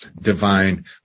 divine